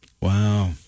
wow